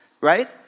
right